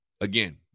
again